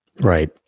Right